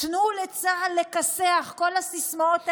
תנו לצה"ל לכסח, כל הסיסמאות האלו.